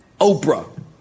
Oprah